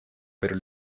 pero